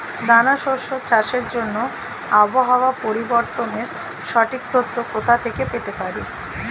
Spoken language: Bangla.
দানা শস্য চাষের জন্য আবহাওয়া পরিবর্তনের সঠিক তথ্য কোথা থেকে পেতে পারি?